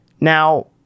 Now